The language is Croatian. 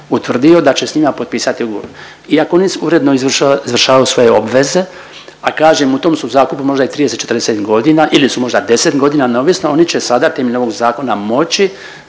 utvrdio da će s njima potpisati ugovor. I ako oni uredno izvršavaju svoje obveze, a kažem u tom su zakupu možda i 30, 40 godina ili su možda 10 godina, neovisno o ničijoj sada temeljem ovog zakona, moći